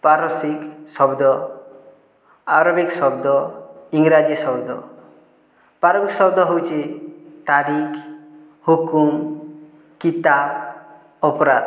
ପାରସିକ୍ ଶବ୍ଦ ଆରବିକ୍ ଶବ୍ଦ ଇଂରାଜୀ ଶବ୍ଦ ଶବ୍ଦ ହେଉଛି ତାରିଖ୍ ହୁକୁମ କିତାବ ଅପରାଧ